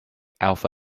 alpha